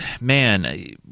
man